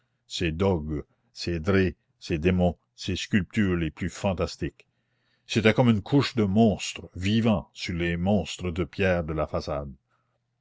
dogues ses drées ses démons ses sculptures les plus fantastiques c'était comme une couche de monstres vivants sur les monstres de pierre de la façade